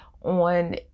on